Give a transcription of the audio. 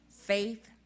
faith